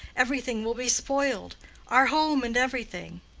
everything will be spoiled our home and everything.